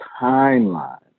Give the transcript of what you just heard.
timeline